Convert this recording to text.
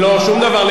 לא, שום דבר.